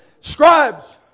Scribes